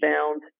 found